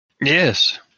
Yes